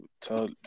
tell